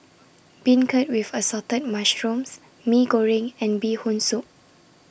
Beancurd with Assorted Mushrooms Mee Goreng and Bee Hoon Soup